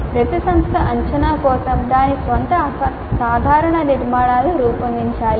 ప్రతి సంస్థ అంచనా కోసం దాని స్వంత సాధారణ నిర్మాణాలను రూపొందించాలి